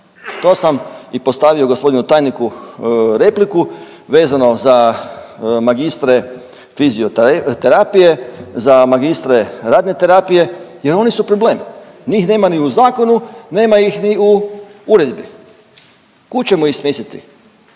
To sam i postavio gospodinu tajniku repliku vezano za magistre fizioterapije, za magistre radne terapije jer oni su problem. Njih nema ni u zakonu, nema ih ni u uredbi. Kud ćemo ih smjestiti?